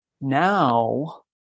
now